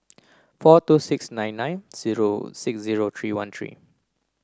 four two six nine nine zero six zero three one three